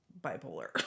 bipolar